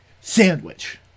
Sandwich